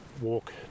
walk